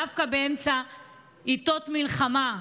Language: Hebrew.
דווקא באמצע עיתות מלחמה,